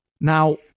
Now